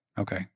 Okay